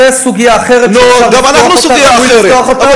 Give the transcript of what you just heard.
זו סוגיה אחרת, גם אנחנו סוגיה אחרת.